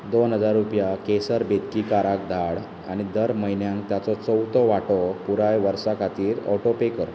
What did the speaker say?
दोन हजार रुपया केसर बेतकीकाराक धाड आनी दर म्हयन्याक ताचो चवथो वांटो पुराय वर्सा खातीर ऑटोपे कर